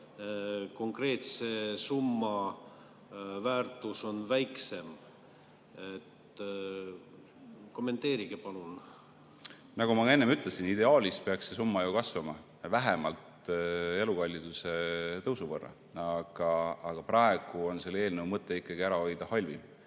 konkreetse summa väärtus on väiksem. Kommenteerige, palun! Nagu ma ka enne ütlesin, ideaalis peaks see summa ju kasvama vähemalt elukalliduse tõusu võrra, aga praegu on selle eelnõu mõte ikkagi ära hoida halvim.